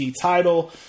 title